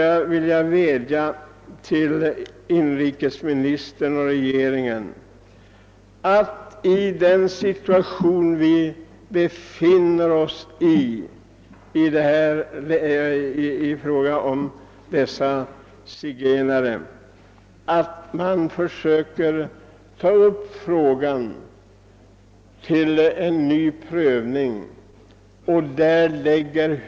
Jag vill vädja till inrikesministern och regeringen att i den situation vi befinner oss ta upp frågan om de zigenare som i dag är aktuella till ny prövning.